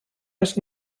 oes